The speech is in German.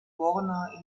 borna